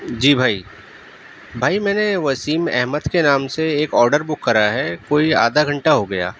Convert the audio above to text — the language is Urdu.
جی بھائی بھائی میں نے وسیم احمد کے نام سے ایک آڈر بک کرا ہے کوئی آدھا گھنٹہ ہو گیا